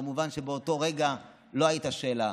כמובן שבאותו רגע לא הייתה שאלה,